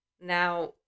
Now